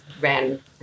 ran